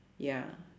ya